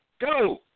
Go